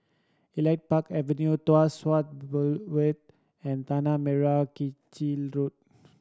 Elite Park Avenue Tuas Boulevard and Tanah Merah Kechil Road